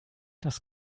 das